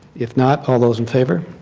if not, all those in favor?